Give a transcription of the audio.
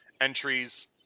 entries